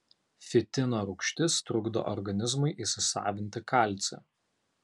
fitino rūgštis trukdo organizmui įsisavinti kalcį